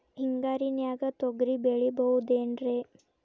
ಹಿಂಗಾರಿನ್ಯಾಗ ತೊಗ್ರಿ ಬೆಳಿಬೊದೇನ್ರೇ?